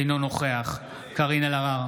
אינו נוכח קארין אלהרר,